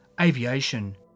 Aviation